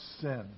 sin